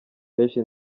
kenshi